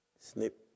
Snip